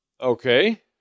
Okay